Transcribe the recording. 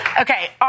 Okay